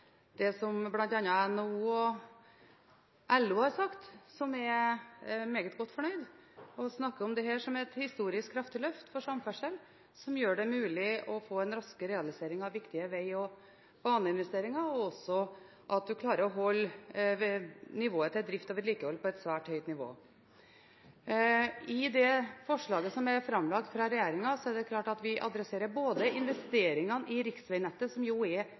det som bl.a. NHO og LO har sagt, og de er meget godt fornøyde. De snakker om dette som et historisk kraftig løft for samferdsel, som gjør det mulig å få en raskere realisering av viktige veg- og baneinvesteringer, og at man klarer å holde nivået til drift- og vedlikehold svært høyt. I det forslaget som er lagt fram av regjeringen, er det klart at vi adresserer investeringene i riksvegnettet, som jo er